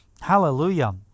Hallelujah